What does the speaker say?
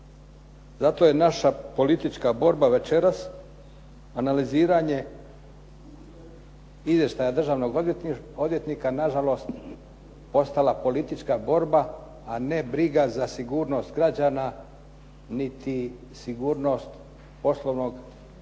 Zato je naša politička borba večeras analiziranje izvještaja državnog odvjetnika, nažalost postala politička borba, a ne briga za sigurnost građana, niti sigurnost poslovnog djelovanja